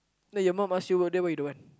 like your mum ask you then why you don't want